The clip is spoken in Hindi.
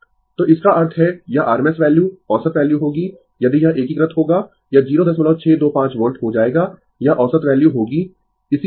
Refer Slide Time 2604 तो इसका अर्थ है यह RMS वैल्यू औसत वैल्यू होगी यदि यह एकीकृत होगा यह 0625 वोल्ट हो जाएगा यह औसत वैल्यू होगी